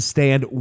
Stand